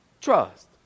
Trust